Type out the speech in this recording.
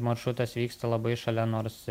maršrutas vyksta labai šalia nors